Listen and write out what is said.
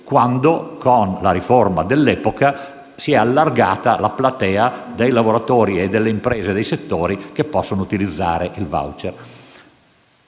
quando, con la riforma dell'epoca, si è allargata la platea dei lavoratori, delle imprese e dei settori che possono utilizzare i *voucher*.